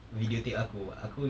video tape aku aku